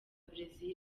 brazil